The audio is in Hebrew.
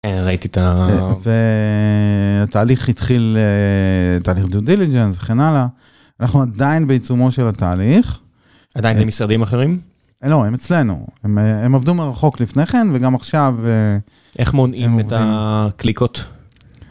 ראיתי את ה... והתהליך התחיל, תהליך דיו דיליג'נס וכן הלאה, אנחנו עדיין בעיצומו של התהליך. עדיין במשרדים אחרים? לא, הם אצלנו, הם עבדו מרחוק לפני כן וגם עכשיו... איך מונעים את הקליקות?